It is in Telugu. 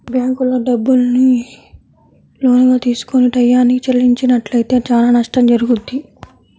బ్యేంకుల్లో డబ్బుని లోనుగా తీసుకొని టైయ్యానికి చెల్లించనట్లయితే చానా నష్టం జరుగుద్ది